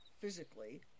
physically